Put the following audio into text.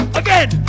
again